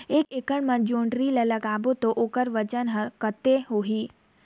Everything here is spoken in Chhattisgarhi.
एक एकड़ मा जोणी ला लगाबो ता ओकर वजन हर कते होही?